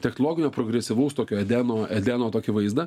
technologinio progresyvaus tokio edeno edeno tokį vaizdą